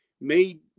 made